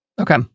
Okay